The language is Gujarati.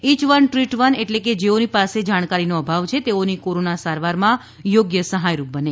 ઇય વન ટ્રીટ વન એટલે કે જેઓની પાસે જાણકારીનો અભાવ છે તેઓની કોરોના સારવારમાં યોગ્ય સહાયરૂપ બને